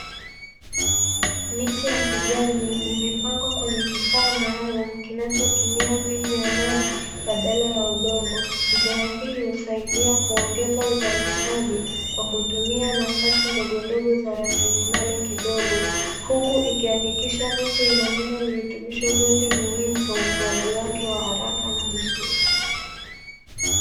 Miche ya kijani imepengwa kwenye kifaa maalumu, kinachotumia mbinu ya maji badala ya udongo, njia hii husaidia kuongeza uzalishaji kwa kutumia nafasi ndogo ndogo za rasilimali kidogo, huku ikihakikisha miche inapata virutubisho vyote muhimu kwa ukuaji wake wa haraka na mzuri.